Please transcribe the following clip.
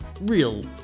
real